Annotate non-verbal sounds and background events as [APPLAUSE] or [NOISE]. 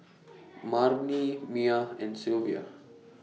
[NOISE] Marni Miah and Sylvia